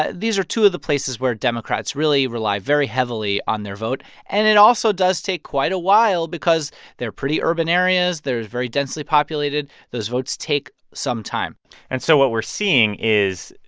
ah these are two of the places where democrats really rely very heavily on their vote. and it also does take quite a while because they're pretty urban areas. they're very densely populated. those votes take some time and so what we're seeing is,